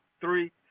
three